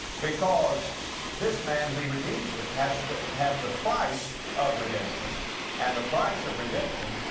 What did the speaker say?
because this man who redeems it has to have the price of redemption and the price of redemption,